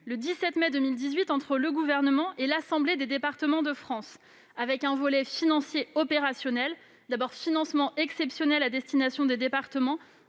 le 17 mai 2018 entre le Gouvernement et l'Assemblée des départements de France, avec un volet financier opérationnel. Un financement exceptionnel à destination des départements